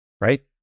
right